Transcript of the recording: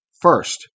First